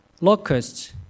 locusts